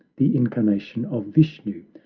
the incarnation of vishnu,